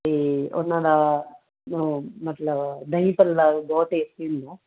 ਅਤੇ ਉਹਨਾਂ ਦਾ ਅ ਮਤਲਬ ਦਹੀਂ ਭੱਲਾ ਬਹੁਤ ਟੇਸਟੀ ਹੁੰਦਾ